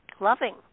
loving